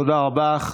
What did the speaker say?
תודה רבה.